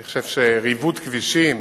אני חושב שריבוד כבישים